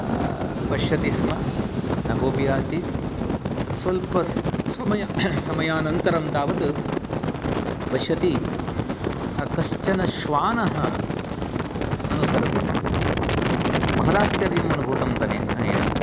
पश्यति स्म न कोपि आसीत् स्वल्प समय् समयानन्तरं तावत् पश्यति कश्चन श्वानः अनुसरति स्म महदाश्चर्यम् अनुभूतं अनेन